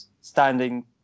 standing